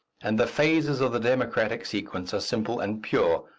and the phases of the democratic sequence are simple and sure.